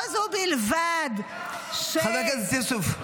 זו בלבד ----- חבר הכנסת יוסף.